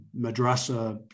madrasa